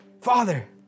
Father